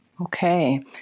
okay